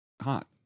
hot